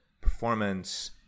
performance